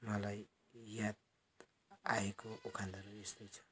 मलाई याद आएको उखानहरू यस्तो छ